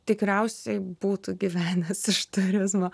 tikriausiai būtų gyvenęs iš turizmo